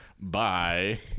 Bye